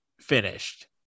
finished